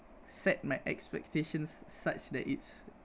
set my expectations such that it's